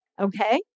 okay